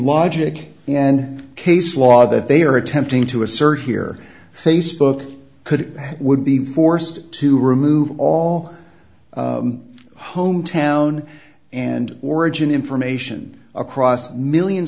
logic and case law that they are attempting to assert here facebook could would be forced to remove all hometown and origin information across millions